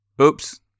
Oops